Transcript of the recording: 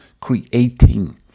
creating